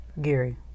Gary